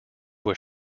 was